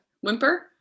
whimper